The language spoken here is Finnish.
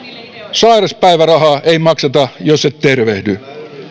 sairauspäivärahaa ei makseta jos et tervehdy